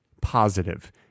positive